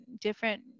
different